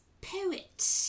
poet